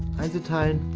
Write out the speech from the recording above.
and the turret,